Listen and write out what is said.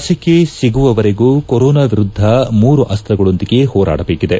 ಲಸಿಕೆ ಸಿಗುವವರೆಗೂ ಕೊರೊನಾ ವಿರುದ್ದ ಮೂರು ಅಸ್ತಗಳೊಂದಿಗೆ ಹೋರಾಡಬೇಕಿದೆ